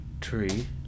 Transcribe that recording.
tree